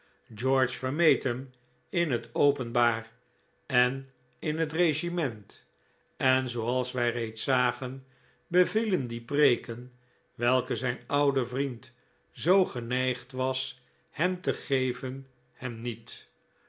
george vermeed hem in het openbaar en in het regiment en zooals wij reeds zagen bevielen die preeken welke zijn oudere vriend zoo geneigd was hem te geven hem niet